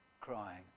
crying